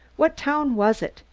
what town was it?